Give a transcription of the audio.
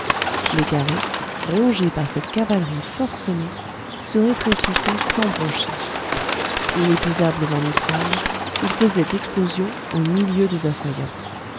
les carrés rongés par cette cavalerie forcenée se rétrécissaient sans broncher inépuisables en mitraille ils faisaient explosion au milieu des assaillants